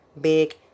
big